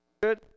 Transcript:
Good